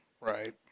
Right